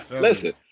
listen